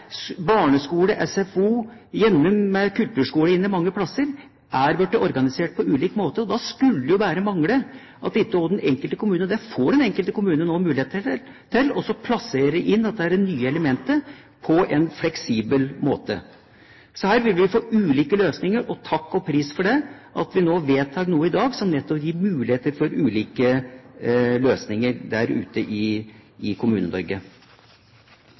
barneskole og SFO, gjerne kulturskolen mange steder, har blitt organisert på ulik måte. Da skulle det bare mangle at ikke også den enkelte kommune får mulighet til – og det får de nå – å plassere inn dette nye elementet på en fleksibel måte. Her vil vi få ulike løsninger. Takk og pris for at vi vedtar noe i dag som nettopp gir muligheter for ulike løsninger der ute i